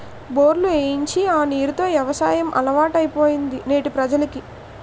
బోర్లు ఏయించి ఆ నీరు తో యవసాయం అలవాటైపోయింది నేటి ప్రజలకి